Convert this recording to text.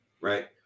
right